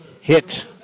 hit